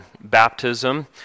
baptism